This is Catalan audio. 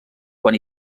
quan